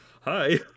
hi